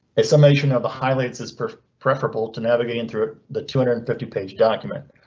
estimation of the highlights is preferable to navigating through the two hundred and fifty page document,